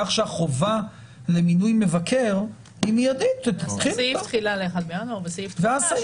כך שהחובה למינוי מבקר היא מיידית ואז הסעיף אומר שהדוחות